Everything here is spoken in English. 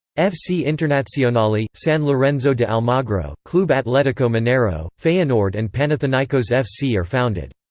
fc internazionale, san lorenzo de almagro, clube atletico mineiro, feyenoord and panathinaikos f c. are founded.